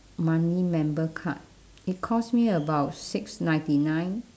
monthly member card it cost me about six ninety nine